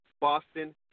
Boston